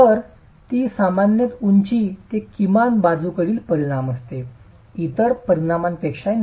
तर ती सामान्यत उंची ते किमान बाजूकडील परिमाण असते इतर परिमाणांपेक्षा नाही